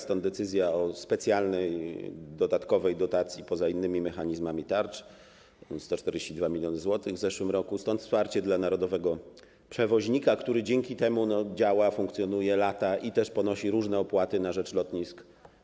Stąd decyzja o specjalnej dodatkowej dotacji poza innymi mechanizmami tarcz, 142 mln zł w zeszłym roku, stąd wsparcie dla narodowego przewoźnika, który dzięki temu działa, funkcjonuje, lata i ponosi różne opłaty, chociażby te na rzecz lotnisk.